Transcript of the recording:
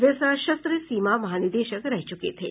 वे सशस्त्र सीमा महानिदेशक रह चूके थे